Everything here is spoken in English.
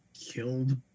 killed